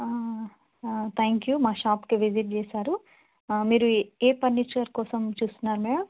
thank you మా షాప్కి visit చేశారు మీరు ఏ ఫర్నిచర్ కోసం చూస్తున్నారు మేడం